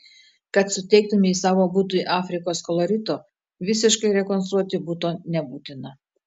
kad suteiktumei savo butui afrikos kolorito visiškai rekonstruoti buto nebūtina